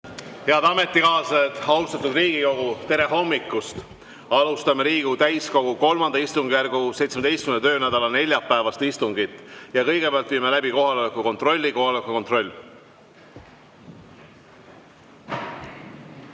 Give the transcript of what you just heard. Head ametikaaslased, austatud Riigikogu, tere hommikust! Alustame Riigikogu täiskogu III istungjärgu 17. töönädala neljapäevast istungit. Ja kõigepealt viime läbi kohaloleku kontrolli. Kohaloleku kontroll!